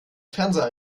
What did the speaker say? fernseher